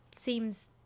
seems